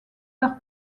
leur